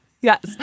Yes